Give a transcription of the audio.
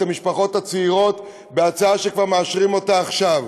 המשפחות הצעירות בהצעה שמאשרים כבר עכשיו.